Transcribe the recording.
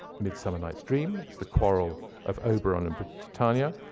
midsummer night's dream. it's the quarrel of oberon and but titania.